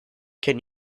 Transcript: can